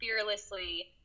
fearlessly